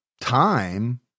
time